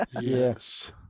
Yes